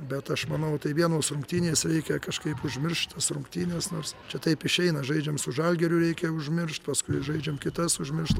bet aš manau tai vienos rungtynės reikia kažkaip užmiršt tas rungtynes nors čia taip išeina žaidžiam su žalgiriu reikia užmiršt paskui žaidžiam kitas užmiršt